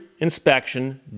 inspection